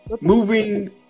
Moving